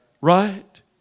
Right